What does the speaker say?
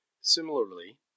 Similarly